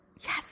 yes